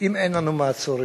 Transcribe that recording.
אם אין לנו מעצורים?